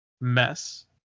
mess